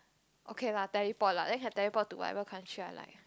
okay lah teleport lah then have teleport to whatever country I like